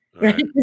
right